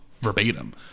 verbatim